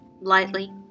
lightly